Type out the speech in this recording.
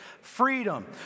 Freedom